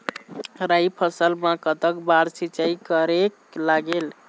राई फसल मा कतक बार सिचाई करेक लागेल?